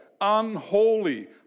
unholy